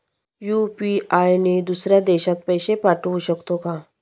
UPI ने दुसऱ्या देशात पैसे पाठवू शकतो का?